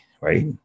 right